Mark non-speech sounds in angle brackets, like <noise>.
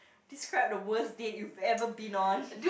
describe the worst date you've ever been on <laughs>